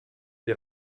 les